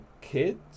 kids